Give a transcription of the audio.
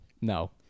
No